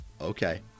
Okay